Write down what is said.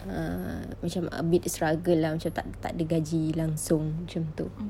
err macam a bit the struggle lah macam tak tak ada gaji langsung macam itu